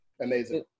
Amazing